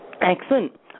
Excellent